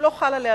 הוא לא חל עליה,